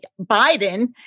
Biden